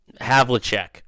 Havlicek